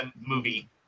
movie